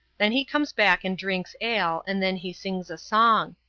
then he comes back and drinks ale, and then he sings a song.